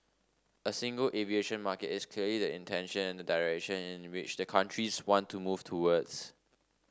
a single aviation market is clearly the intention and the direction in which the countries want to move towards